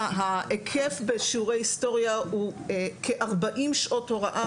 ההיקף בשיעורי היסטוריה הוא כ-40 שעות הוראה